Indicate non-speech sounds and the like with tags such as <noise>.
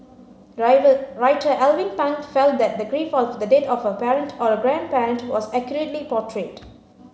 <unintelligible> writer Alvin Pang felt that the grief of the death of a parent or a grandparent was accurately portrayed